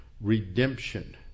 redemption